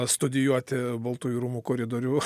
studijuoti baltųjų rūmų koridorių